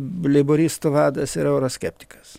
leiboristų vadas yra euroskeptikas